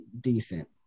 decent